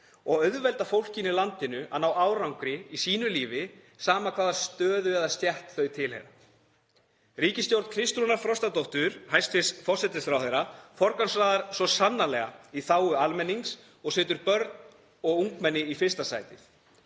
og auðvelda fólkinu í landinu að ná árangri í sínu lífi, sama hvaða stöðu eða stétt þau tilheyra. Ríkisstjórn Kristrúnar Frostadóttur, hæstv. forsætisráðherra, forgangsraðar svo sannarlega í þágu almennings og setur börn og ungmenni í fyrsta sætið.